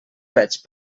veig